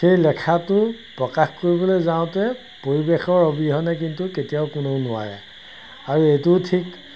সেই লেখাটো প্ৰকাশ কৰিবলৈ যাওঁতে পৰিৱেশৰ অবিহনে কিন্তু কেতিয়াও কোনেও নোৱাৰে আৰু এইটোও ঠিক